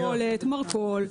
כן, מכולת, מרכול.